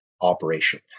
operation